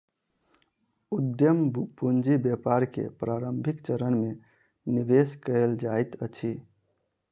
उद्यम पूंजी व्यापार के प्रारंभिक चरण में निवेश कयल जाइत अछि